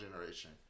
generation